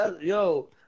yo